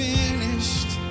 finished